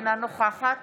אינה נוכחת